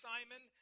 Simon